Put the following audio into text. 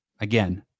Again